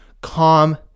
Calm